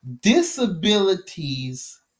disabilities